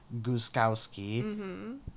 Guskowski